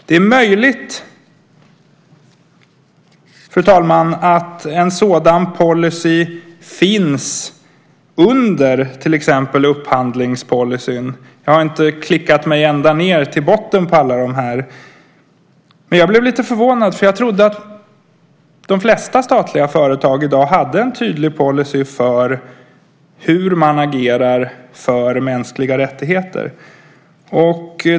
Det är möjligt att en sådan policy finns under till exempel upphandlingspolicyn - jag har inte klickat mig ända ned till botten på alla. Men jag blev lite förvånad, för jag trodde att de flesta statliga företag i dag hade en tydlig policy för hur man agerar för mänskliga rättigheter.